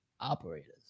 operators